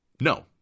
No